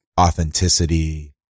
authenticity